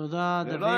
תודה, דוד.